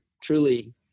truly